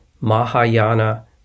Mahayana